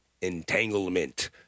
Entanglement